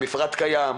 המפרט קיים,